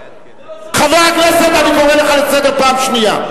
אבל הוא, אני קורא אותך לסדר פעם ראשונה.